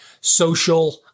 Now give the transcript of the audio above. social